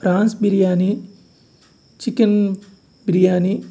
prawns biryani chicken biryani